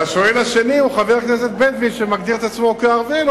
השואל השני הוא חבר כנסת בדואי שמגדיר את עצמו כערבי,